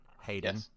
Hayden